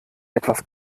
etwas